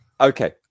Okay